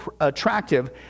attractive